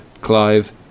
Clive